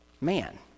man